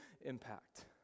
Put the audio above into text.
impact